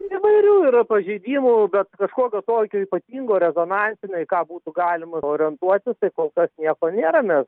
įvairių yra pažeidimų bet kažkokio tokio ypatingo rezonansinio į ką būtų galima orientuotis tai kol kas nieko nėra mes